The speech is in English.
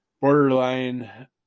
borderline